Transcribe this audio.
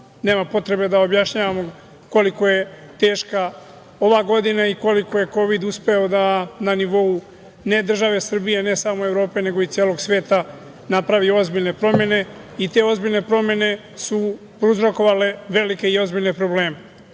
nema potrebe da objašnjavamo koliko je teška ova godina i koliko je kovid uspeo da, ne na nivou države Srbije, ne samo Evrope, nego i celog sveta, napravi ozbiljne promene i te ozbiljne promene su prouzrokovale velike i ozbiljne probleme. Upravo